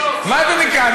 אני רוצה, מה זה נקרא?